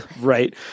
Right